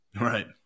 Right